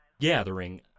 Gathering